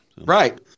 Right